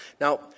Now